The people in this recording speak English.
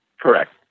Correct